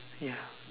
ya